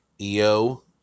Eo